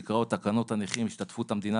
שנקראות תקנות הנכים (השתתפות המדינה